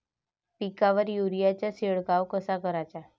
पिकावर युरीया चा शिडकाव कसा कराचा?